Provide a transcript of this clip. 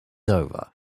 over